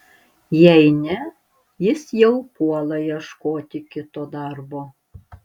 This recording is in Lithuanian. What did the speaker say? jei ne jis jau puola ieškoti kito darbo